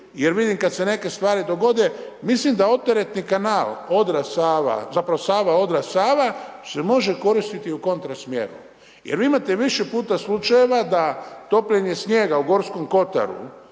jer vidim kada se neke stvari dogode, mislim da odteretni kanal Odra-Sava, zapravo Sava-Odra-Sava se može koristiti i u kontra smjeru. Jer vi imate više puta slučajeva da topljenje snijega u Gorskom Kotaru